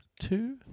two